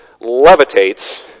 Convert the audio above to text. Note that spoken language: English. levitates